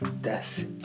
death